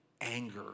anger